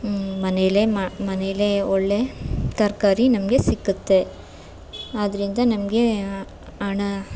ಮನೆಯಲ್ಲೇ ಮಾ ಮನೆಯಲ್ಲೇ ಒಳ್ಳೆಯ ತರಕಾರಿ ನಮಗೆ ಸಿಕ್ಕತ್ತೆ ಆದ್ದರಿಂದ ನಮಗೆ ಹಣ